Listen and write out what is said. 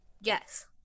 Yes